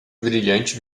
brilhante